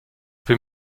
für